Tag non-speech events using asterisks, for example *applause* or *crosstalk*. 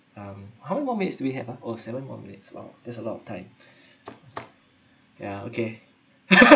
um how more minutes do we have ah oh seven more minutes !wah! there's a lot of time ya okay *laughs*